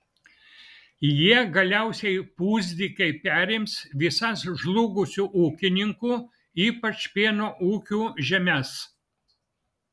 jie galiausiai pusdykiai perims visas žlugusių ūkininkų ypač pieno ūkių žemes